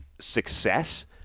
success